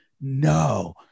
no